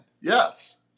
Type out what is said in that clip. yes